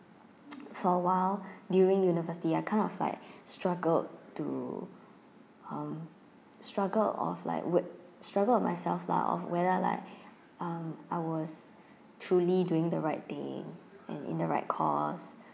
for a while during university I kind of like struggle to um struggle of like whe~ struggle of myself lah of whether like um I was truly doing the right thing and in the right course